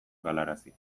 galarazi